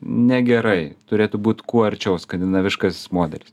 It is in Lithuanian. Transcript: negerai turėtų būt kuo arčiau skandinaviškasis modelis